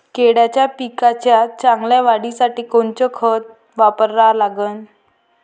केळाच्या पिकाच्या चांगल्या वाढीसाठी कोनचं खत वापरा लागन?